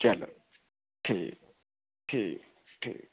ਚਲੋ ਠੀਕ ਠੀਕ ਠੀਕ